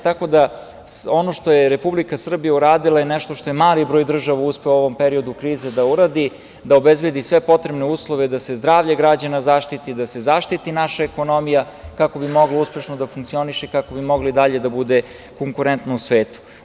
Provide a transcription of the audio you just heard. Tako da, ono što je Republika Srbija uredila je nešto što je mali broj država uspeo u ovom periodu krize da uradi, da obezbedi sve potrebne uslove da se zdravlje građana zaštiti, da se zaštiti naša ekonomija kako bi moglo uspešno da funkcioniše, kako bi mogla i dalje da bude konkurentna u svetu.